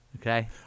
Okay